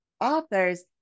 authors